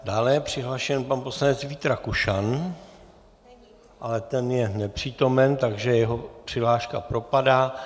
Dále je přihlášen pan poslanec Vít Rakušan, ale ten je nepřítomen, takže jeho přihláška propadá.